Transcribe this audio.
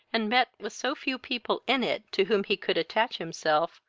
and met with so few people in it to whom he could attach himself,